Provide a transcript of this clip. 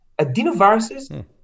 Adenoviruses